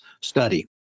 Study